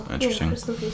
interesting